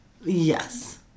Yes